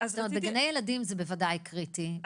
בגני ילדים זה בוודאי קריטי,